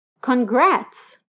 Congrats